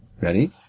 Ready